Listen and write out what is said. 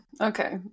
Okay